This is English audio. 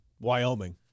Wyoming